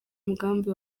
umugambi